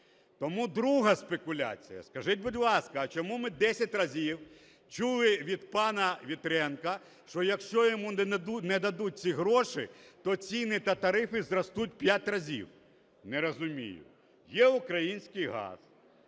Тому друга спекуляція, скажіть, будь ласка, а чому ми десять разів чули від пана Вітренка, що якщо йому не дадуть ці гроші, то ціни та тарифи зростуть в п'ять разів. Не розумію, є український газ,